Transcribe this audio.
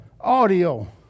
audio